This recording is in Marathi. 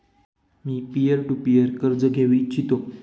मी पीअर टू पीअर कर्ज घेऊ इच्छितो